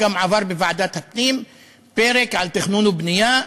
גם עבר בוועדת הפנים פרק על תכנון ובנייה,